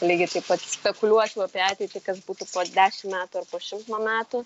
lygiai taip pat spekuliuočiau apie ateitį kas būtų po dešimt metų ar po šimto metų